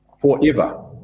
forever